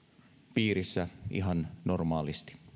piirissä ihan normaalisti